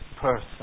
person